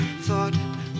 thought